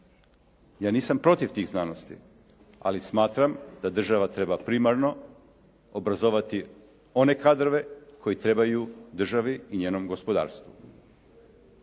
Ja nisam protiv tih znanosti, ali smatram da država treba primarno obrazovati one kadrove koje trebaju državi i njenom gospodarstvu,